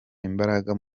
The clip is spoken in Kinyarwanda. imbaraga